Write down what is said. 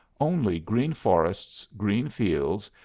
only green forests, green fields,